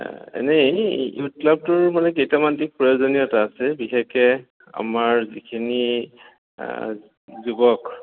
এনেই ইউথ ক্লাবটোৰ মানে কেইটামান দিশ প্ৰয়োজনীয়তা আছে বিশেষকৈ আমাৰ যিখিনি যুৱক